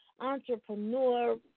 entrepreneur